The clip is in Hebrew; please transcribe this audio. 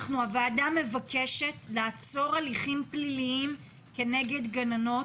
הוועדה מבקשת לעצור הליכים פליליים כנגד גננות.